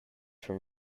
from